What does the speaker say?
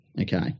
okay